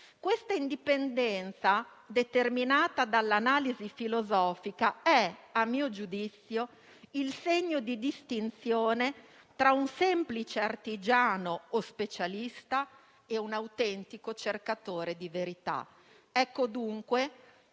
Questa indipendenza determinata dall'analisi filosofica è - a mio giudizio - il segno di distinzione tra un semplice artigiano o specialista e un autentico cercatore di verità». Dunque,